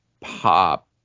pop